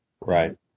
Right